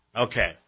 Okay